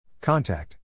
Contact